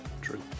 True